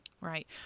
Right